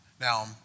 Now